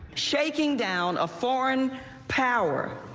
shaking down a foreign power.